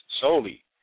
solely